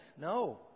No